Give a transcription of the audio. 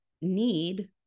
need